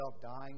dying